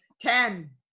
Ten